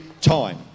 time